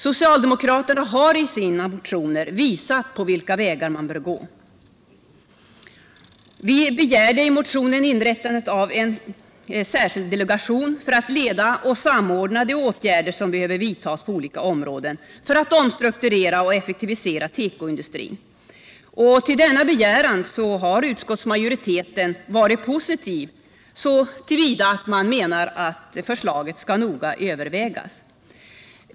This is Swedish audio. Socialdemokraterna har i sina motioner visat vilka vägar man bör gå. Vi begärde i motionen inrättande av en särskild delegation för att leda och samordna de åtgärder som behöver vidtas på olika områden för att omstrukturera och effektivisera tekoindustrin. Till denna begäran har utskottsmajoriteten varit positiv så till vida att man menar att förslaget skall noga övervägas.